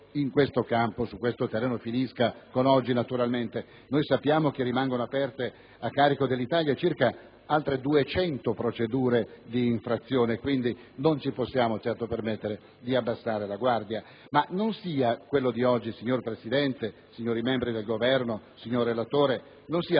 è che il lavoro su questo terreno finisca qui: sappiamo che rimangono aperte a carico dell'Italia circa altre 200 procedure di infrazione e quindi non possiamo certo permetterci di abbassare la guardia. Ma non sia quello di oggi, signor Presidente, signori membri del Governo, signor relatore, solo